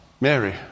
Mary